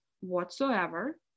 whatsoever